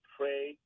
pray